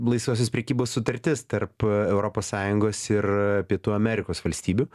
laisvosios prekybos sutartis tarp europos sąjungos ir pietų amerikos valstybių